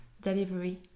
delivery